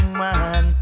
man